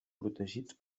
protegits